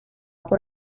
por